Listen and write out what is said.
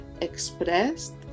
expressed